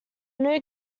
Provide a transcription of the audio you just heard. new